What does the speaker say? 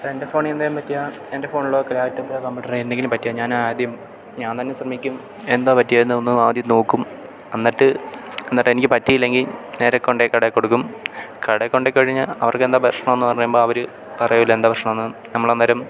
എൻ്റെ ഫോണിന് എന്തെങ്കിലും പറ്റിയാൽ എൻ്റെ ഫോണിലോ ലാപ്ടോപ്പിലോ കമ്പ്യൂട്ടറോ എന്തെങ്കിലും പറ്റിയാൽ ഞാനാദ്യം ഞാൻ തന്നെ ശ്രമിക്കും എന്താ പറ്റിയതെന്നു ഒന്ന് ആദ്യം നോക്കും എന്നിട്ട് എന്നിട്ട് എനിക്ക് പറ്റിയില്ലെങ്കിൽ നേരെക്കൊണ്ടു പോയി കടയിൽ കൊടുക്കും കടയിൽ കൊണ്ടു പോയിക്കഴിഞ്ഞാൽ അവർക്കെന്താണ് പ്രശ്നമെന്നു പറയുമ്പം അവർ പറയില്ലേ എന്താ പ്രശ്നമെന്നു നമ്മളന്നേരം